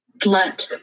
Blood